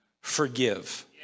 forgive